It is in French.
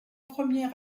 premières